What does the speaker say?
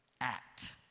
act